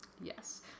Yes